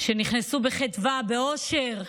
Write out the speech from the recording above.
שנכנסו בחדווה, באושר,